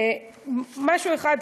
משהו אחד,